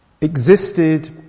existed